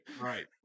right